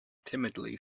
timidly